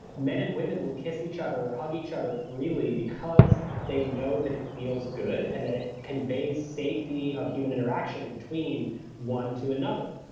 men and women will kiss each other, hug each other freely because they know that it feels good and it conveys safety of human interaction between one to another.